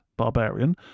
Barbarian